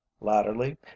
Latterly